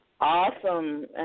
Awesome